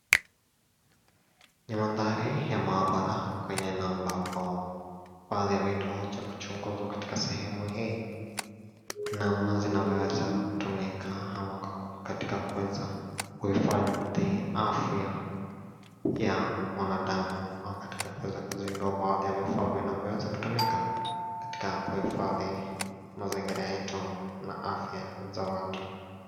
Ni mandhari ya maabara kwenye na ambako baadhi ya vitu cha kuchunguza katika sehemu hii na mnazi vinavyoweza kutumika ama katika kuweza kuhifadhi afya ya mwanadamu katika kuweza kuzindua baadhi ya vifaa vinavyoweza kutumika katika kuhifadhi mazingira yetu na afya za watu.